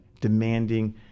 demanding